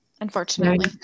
Unfortunately